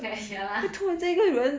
eh ya lah